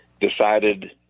decided